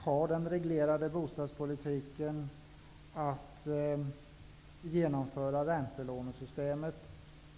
ha den reglerade bostadspolitiken och att genomföra räntelånesystemet.